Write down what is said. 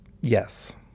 yes